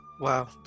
wow